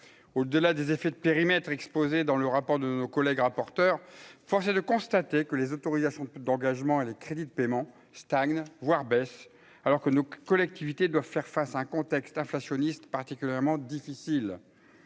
au delà des effets de périmètre exposés dans le rapport de nos collègues rapporteurs, force est de constater que les autorisations d'engagement et les crédits de paiement stagne, voire baisse alors que nous collectivités doivent faire face un contexte inflationniste particulièrement difficile